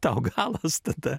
tau galas tada